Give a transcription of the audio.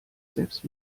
selbst